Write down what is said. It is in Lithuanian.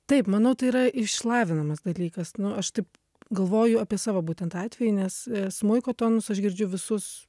taip manau tai yra išlavinamas dalykas nu aš taip galvoju apie savo būtent atvejį nes smuiko tonus aš girdžiu visus